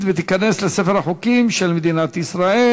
28 בעד, אין מתנגדים, אין נמנעים.